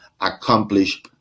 accomplish